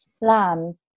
lamb